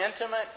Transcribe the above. intimate